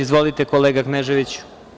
Izvolite, kolega Kneževiću.